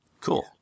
Cool